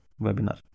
webinar